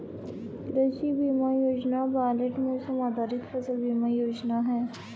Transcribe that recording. कृषि बीमा योजना पायलट मौसम आधारित फसल बीमा योजना है